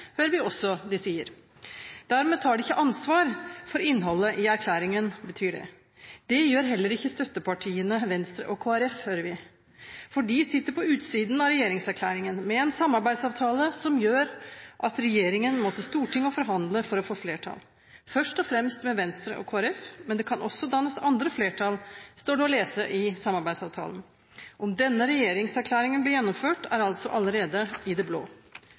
hører vi også de sier. Dermed tar de ikke ansvar for innholdet i erklæringen, betyr det. Det gjør heller ikke støttepartiene Venstre og Kristelig Folkeparti, hører vi, for de sitter på utsiden av regjeringserklæringen, med en samarbeidsavtale som gjør at regjeringen må til Stortinget og forhandle for å få flertall – først og fremst med Venstre og Kristelig Folkeparti, men det kan også dannes andre flertall, står det å lese i samarbeidsavtalen. Om denne regjeringserklæringen blir gjennomført, er altså allerede i det blå.